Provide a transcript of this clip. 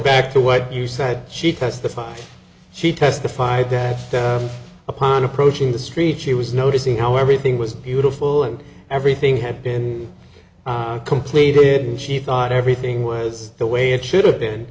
back to what you said she testified she testified that upon approaching the street she was noticing how everything was beautiful and everything had been completed and she thought everything was the way it should have been